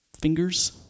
fingers